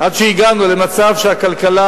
עד שהגענו למצב שהכלכלה